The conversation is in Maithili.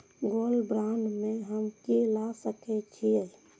गोल्ड बांड में हम की ल सकै छियै?